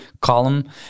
column